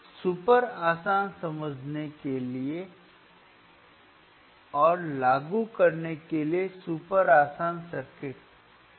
super आसान समझने के लिए और लागू करने के लिए सुपर आसान सर्किट सही